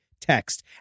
text